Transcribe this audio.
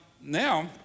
now